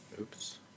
Oops